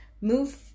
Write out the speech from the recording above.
move